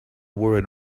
worried